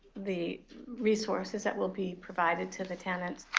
the resources that will be provided to the tenants.